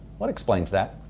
what explains that?